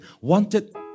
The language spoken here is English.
wanted